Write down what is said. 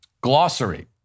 glossary